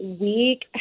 week